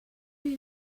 you